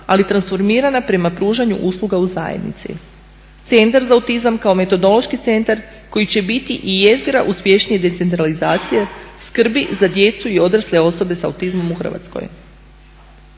ali transformirana prema pružanju usluga u zajednici. Centar za autizam kao metodološki centar koji će biti i jezgra uspješnije decentralizacije skrbi za djecu i odrasle osobe sa autizmom u Hrvatskoj."